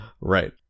Right